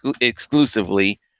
exclusively